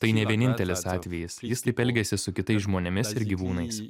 tai ne vienintelis atvejis jis taip elgėsi su kitais žmonėmis ir gyvūnais